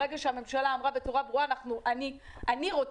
ברגע שהממשלה אמרה בצורה ברורה: אני רוצה,